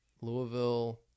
Louisville